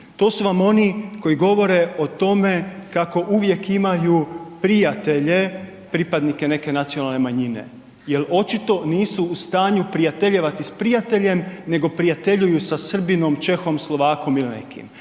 to su vam oni koji govore o tome kako uvijek imaju prijatelje pripadnike neke nacionalne manjine jel očito nisu u stanju prijateljevati s prijateljem nego prijateljuju sa Srbinom, Čehom, Slovakom ili nekim.